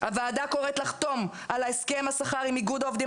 הוועדה קוראת לחתום על הסכם השכר עם איגוד העובדים